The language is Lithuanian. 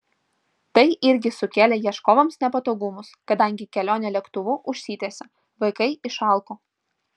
tai irgi sukėlė ieškovams nepatogumus kadangi kelionė lėktuvu užsitęsė vaikai išalko